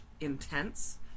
intense